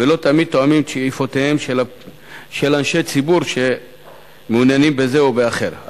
ולא תמיד תואמים את שאיפותיהם של אנשי ציבור שמעוניינים בזה או באחר,